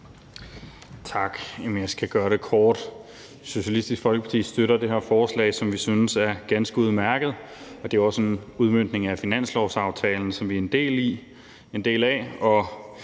Tak. Jeg skal gøre det kort. Socialistisk Folkeparti støtter det her forslag, som vi synes er ganske udmærket, og det er jo også en udmøntning af finanslovsaftalen, som vi er en del af.